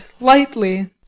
lightly